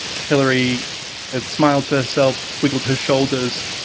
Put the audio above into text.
hilary and smiled to herself, wiggled her shoulders,